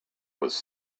was